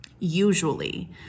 usually